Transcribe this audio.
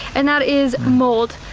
and that is mold.